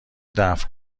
دفع